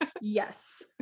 Yes